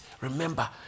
remember